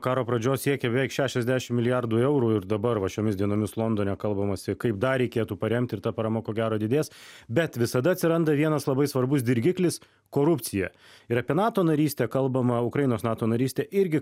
karo pradžios siekia beveik šešiasdešim milijardų eurų ir dabar va šiomis dienomis londone kalbamasi kaip dar reikėtų paremti ir ta parama ko gero didės bet visada atsiranda vienas labai svarbus dirgiklis korupcija ir apie nato narystę kalbama ukrainos nato narystė irgi